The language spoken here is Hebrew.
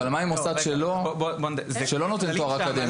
אבל מה עם מוסד שלא נותן תואר אקדמי.